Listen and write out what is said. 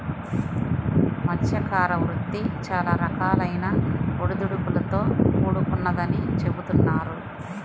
మత్స్యకార వృత్తి చాలా రకాలైన ఒడిదుడుకులతో కూడుకొన్నదని చెబుతున్నారు